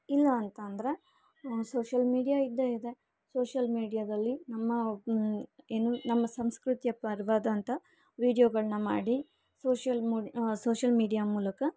ಇಲ್ಲ ಅಂತಂದ್ರೆ social media ಇದ್ದೇ ಇದೆ ಸೋಶ್ಯಲ್ ಮೀಡ್ಯಾದಲ್ಲಿ ನಮ್ಮ ಏನು ನಮ್ಮ ಸಂಸ್ಕೃತಿಯ ಪರವಾದಂಥ ವೀಡ್ಯೋಗಳನ್ನ ಮಾಡಿ ಸೋಶ್ಯಲ್ ಮು ಸೋಶ್ಯಲ್ ಮೀಡ್ಯಾ ಮೂಲಕ